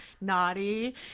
naughty